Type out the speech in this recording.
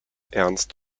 ernst